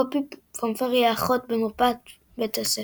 פופי פומפרי – האחות במרפאת בית הספר